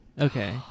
Okay